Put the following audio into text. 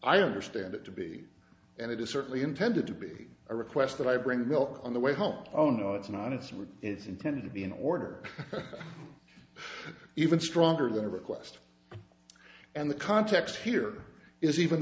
i understand it to be and it is certainly intended to be a request that i bring the milk on the way home oh no it's not it's what it's intended to be in order even stronger than a request and the context here is even